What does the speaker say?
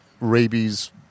rabies